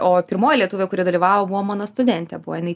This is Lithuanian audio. o pirmoji lietuvė kuri dalyvavo mano studentė buvo jinai